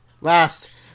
last